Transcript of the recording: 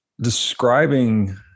describing